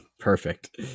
perfect